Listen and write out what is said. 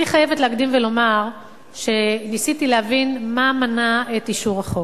אני חייבת להקדים ולומר שניסיתי להבין מה מנע את אישור החוק.